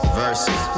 verses